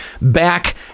back